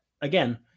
again